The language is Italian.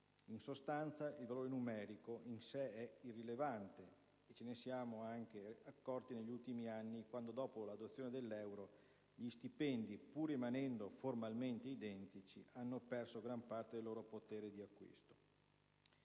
In sostanza, il valore numerico in sé è irrilevante (e ce ne siamo anche accorti negli ultimi anni quando, dopo l'adozione dell'euro, gli stipendi, pur rimanendo formalmente identici, hanno perso gran parte del loro potere di acquisto).